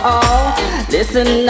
listen